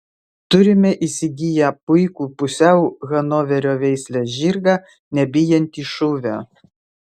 turime įsigiję puikų pusiau hanoverio veislės žirgą nebijantį šūvio